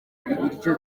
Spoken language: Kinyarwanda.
ibiryo